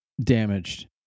damaged